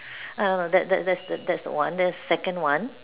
uh that's that's that's that's that's the one that's the second one